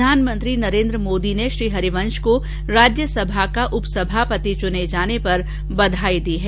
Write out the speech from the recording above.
प्रधानमंत्री नरेन्द्र मोदी ने श्री हरिवंश को राज्यसभा का उपसभापति चुने जाने पर बधाई दी है